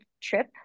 trip